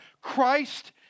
Christ